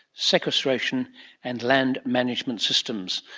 sequestration and land management systems,